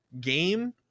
game